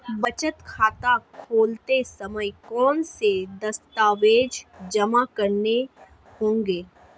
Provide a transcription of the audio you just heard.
बचत खाता खोलते समय कौनसे दस्तावेज़ जमा करने होंगे?